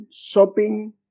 shopping